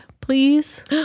please